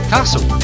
Castle